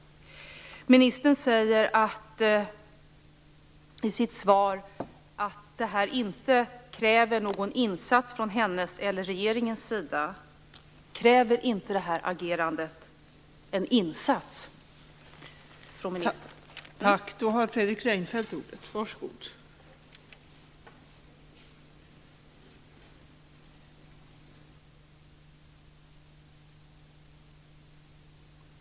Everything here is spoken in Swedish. Ministern säger i sitt svar att det inte krävs något agerande från hennes eller regeringens sida. Kräver inte detta agerande en insats från ministern?